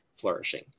flourishing